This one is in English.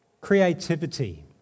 creativity